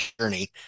journey